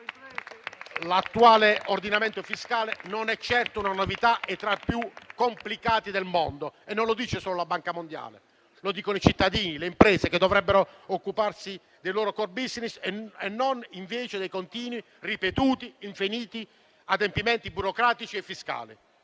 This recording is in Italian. L'attuale ordinamento fiscale non è certo una novità: è tra più complicati del mondo e non lo dice solo la Banca mondiale, ma lo dicono i cittadini e le imprese che dovrebbero occuparsi dei loro *core business* e non invece dei continui, ripetuti e infiniti adempimenti burocratici e fiscali.